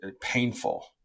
painful